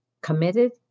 committed